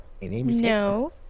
No